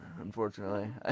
Unfortunately